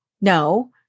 no